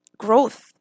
growth